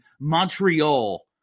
Montreal